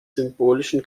symbolischen